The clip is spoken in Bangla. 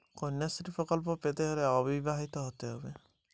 দুই পুত্র এক কন্যা থাকা সত্ত্বেও কি আমি কন্যাশ্রী প্রকল্পে টাকা পেতে পারি?